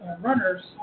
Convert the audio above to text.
runners